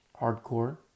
hardcore